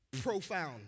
Profound